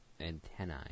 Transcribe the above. antennae